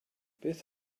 beth